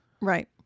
Right